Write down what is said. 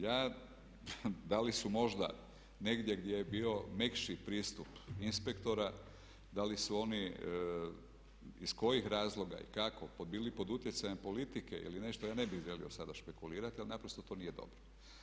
Ja, da li su možda negdje gdje je bio mekši pristup inspektora da li su oni iz kojih razloga i kako bili pod utjecajem politike ili nešto ja ne bih želio sada špekulirati ali naprosto to nije dobro.